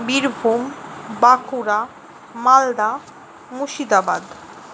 Birbhum Bankura Malda Murshidabad